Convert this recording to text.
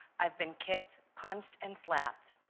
i've been kicked, punched, and slapped.